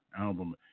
album